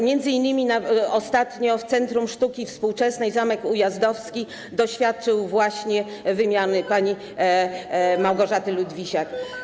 Między innymi ostatnio Centrum Sztuki Współczesnej Zamek Ujazdowski doświadczyło wymiany pani Małgorzaty Ludwisiak.